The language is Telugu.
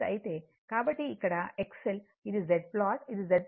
కాబట్టి XL ఇది Z ప్లాట్ ఇది Z ప్లాట్